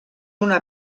una